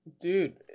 Dude